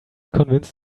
convince